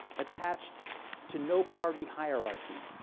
attached to no party hierarchy,